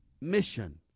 mission